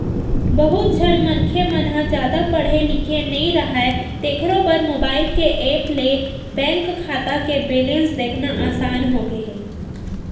बहुत झन मनखे मन ह जादा पड़हे लिखे नइ राहय तेखरो बर मोबईल के ऐप ले बेंक खाता के बेलेंस देखना असान होगे हे